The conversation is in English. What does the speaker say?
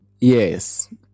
yes